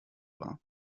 war